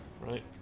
Right